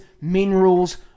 minerals